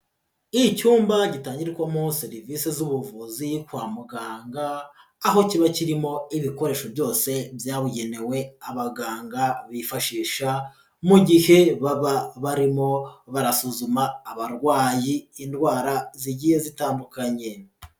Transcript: Icyumba gitangirwamo serivise z'ubuvuzi kwa muganga, aho kiba kirimo ibikoresho byose byabugenewe abaganga bifashisha, mu gihe baba barimo barasuzuma abarwayi indwara zigiye zitandukanye.